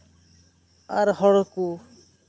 ᱟᱨ ᱦᱚᱲ ᱠᱚ